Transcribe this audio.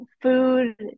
food